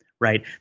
right